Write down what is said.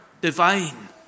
divine